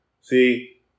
See